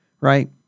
Right